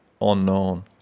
unknown